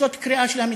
זאת קריאה של המציאות: